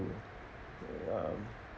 to um